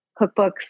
cookbooks